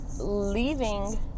leaving